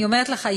אני אומרת לך,